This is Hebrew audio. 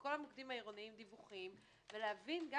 מכל המוקדים העירוניים דיווחים, ולהבין את